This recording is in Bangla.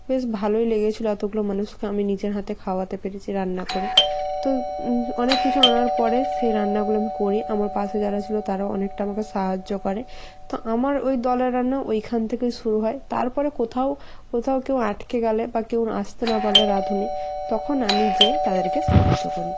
বেশ ভালোই লেগেছিলো অতোগুলো মানুষকে আমি নিজের হাতে খাওয়াতে পেরেছি রান্না করে তো অনেক কিছু আনার পরে সেই রান্নাগুলো আমি করি আমার পাশে যারা ছিলো তারাও অনেকটা আমাকে সাহায্য করে তো আমার ওই দলের রান্না ওইখান থেকেই শুরু হয় তারপরে কোথাও কোথাও কেউ আটকে গেলে বা কেউ আসতে না পারলে রাঁধুনি তখন আমি যেয়ে তাদেরকে সাহায্য করি